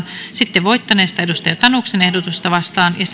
sitten voittaneesta mietintöä vastaan